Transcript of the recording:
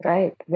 Right